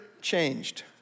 changed